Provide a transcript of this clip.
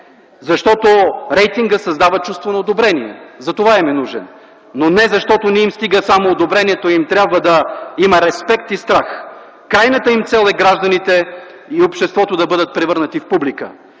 защото рейтингът създава чувство на одобрение – затова им е нужен. Не защото не им стига само одобрението, а им трябва да има респект и страх. Крайната им цел е гражданите и обществото да бъдат превърнати в публика.